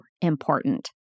important